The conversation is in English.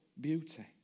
beauty